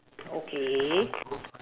okay